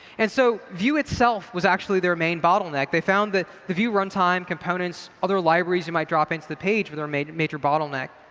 and so vue itself was actually their main bottleneck. they found that the vue runtime components other libraries you might drop into the page were their major major bottleneck.